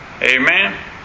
Amen